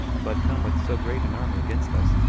but come with so great an army against us.